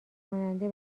کننده